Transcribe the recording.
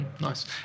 Nice